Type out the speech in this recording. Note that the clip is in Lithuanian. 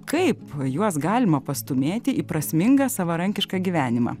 kaip juos galima pastūmėti į prasmingą savarankišką gyvenimą